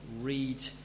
read